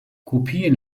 kopien